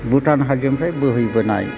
भुटान हाजोनिफ्राय बोहैबोनाय